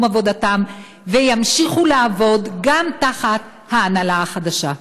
עבודתם וימשיכו לעבוד גם תחת ההנהלה החדשה.